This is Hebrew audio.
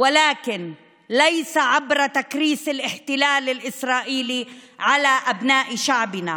אבל לא באמצעות קידוש הכיבוש הישראלי על בני עמנו.